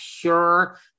pure